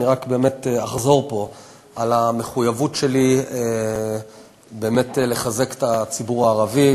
אני רק אחזור פה על המחויבות שלי לחזק את הציבור הערבי,